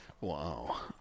Wow